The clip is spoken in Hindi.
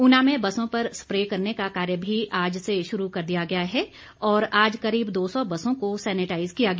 ऊना में बसों पर स्प्रे करने का कार्य भी आज से शुरू कर दिया गया है और आज करीब दो सौ बसों को सेनिटाइज किया गया